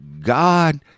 God